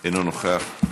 אינו נוכח,